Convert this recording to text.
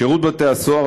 שירות בתי-הסוהר,